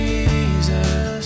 Jesus